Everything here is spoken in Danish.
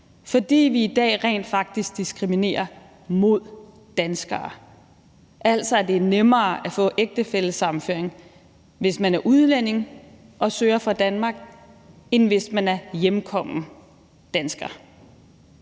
fordi vi i dag rent faktisk diskriminerer mod danskere. Altså, det er nemmere at få ægtefællesammenføring, hvis man er udlænding og søger fra Danmark, end hvis man er hjemkommen dansker.